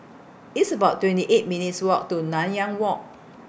It's about twenty eight minutes' Walk to Nanyang Walk